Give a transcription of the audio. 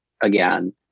again